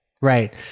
Right